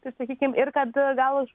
tai sakykim ir kad gal aš